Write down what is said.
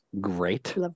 great